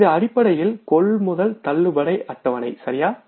இது அடிப்படையில் கொள்முதல் தள்ளுபடி அட்டவணைசரியா